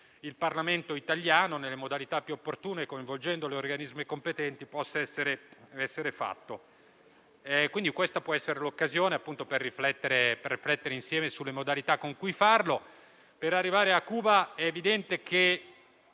dal Parlamento italiano, nelle modalità più opportune e coinvolgendo gli organismi competenti. Quindi, questa può essere l'occasione per riflettere insieme sulle modalità con cui farlo. Per arrivare a Cuba, è evidente che,